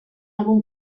algun